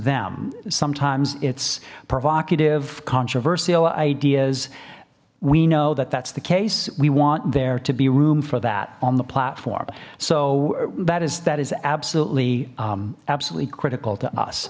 them sometimes it's provocative controversial ideas we know that that's the case we want there to be room for that on the platform so that is that is absolutely absolutely critical to us